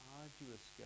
arduous